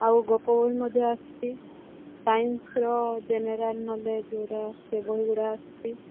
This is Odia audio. ଆଉ ଗପ ବହି ମଧ୍ୟ ଆସିଛି ସାଇନ୍ସ୍ର ଜେନେରାଲ୍ ନଲେଜ୍ ଯେଉଁଗୁଡ଼ା ସେ ବହିଗୁଡ଼ା ଆସଛି